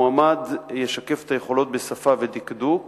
המועמד ישקף את היכולות בשפה ודקדוק,